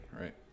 right